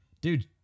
Dude